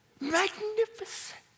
Magnificent